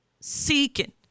seeking